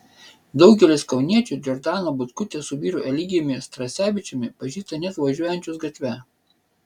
daugelis kauniečių džordaną butkutę su vyru elegijumi strasevičiumi pažįsta net važiuojančius gatve